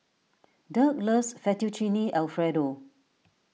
Dirk loves Fettuccine Alfredo